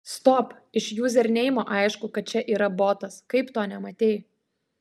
stop iš juzerneimo aišku kad čia yra botas kaip to nematei